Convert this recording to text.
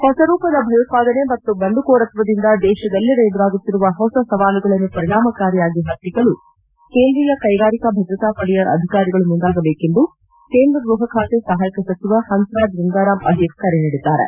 ಹೊಸ ರೂಪದ ಭಯೋತ್ಪಾದನೆ ಮತ್ತು ಬಂಡುಕೋರತ್ವದಿಂದ ದೇಶದಲ್ಲೆಡೆ ಎದುರಾಗುತ್ತಿರುವ ಹೊಸ ಸವಾಲುಗಳನ್ನು ಪರಿಣಾಮಕಾರಿಯಾಗಿ ಹತ್ತಿಕ್ಕಲು ಕೇಂದ್ರೀಯ ಕೈಗಾರಿಕಾ ಭದ್ರತಾಪಡೆಯ ಅಧಿಕಾರಿಗಳು ಮುಂದಾಗಬೇಕು ಎಂದು ಕೇಂದ್ರ ಗೃಹಖಾತೆ ಸಹಾಯಕ ಸಚಿವ ಹನ್ಸೆರಾಜ್ ಗಂಗಾರಾಮ್ ಅಹಿರ್ ಕರೆ ನೀಡಿದ್ದಾರೆ